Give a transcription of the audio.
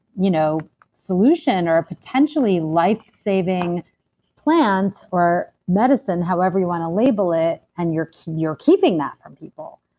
you know solution or a potentially life-saving plant or medicine, however you want to label it, and you're you're keeping that from people.